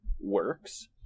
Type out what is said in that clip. works